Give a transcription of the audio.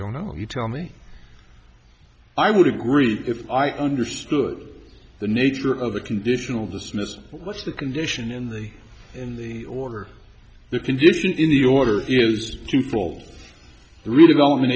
know you tell me i would agree if i understood the nature of a conditional dismissal what's the condition in the in the order the condition in the order is twofold the redevelopment